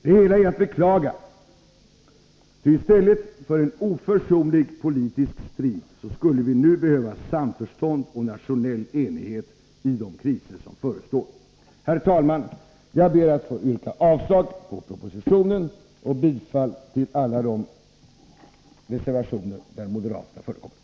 Det hela är att beklaga, ty i stället för en oförsonlig politisk strid skulle vi nu behöva samförstånd och nationell enighet i de kriser som förestår. Herr talman! Jag ber att få yrka avslag på propositionen och bifall till alla de reservationer där moderater förekommer.